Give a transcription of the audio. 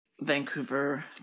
Vancouver